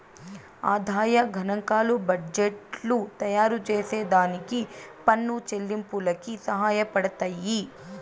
ఆదాయ గనాంకాలు బడ్జెట్టు తయారుచేసే దానికి పన్ను చెల్లింపులకి సహాయపడతయ్యి